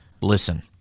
Listen